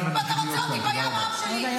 אני יודע, אבל אין בתורה --- אני יודע.